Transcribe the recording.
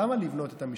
למה לבנות את המשכן?